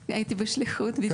בשליחות.